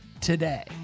today